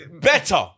better